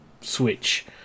switch